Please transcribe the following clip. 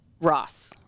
ross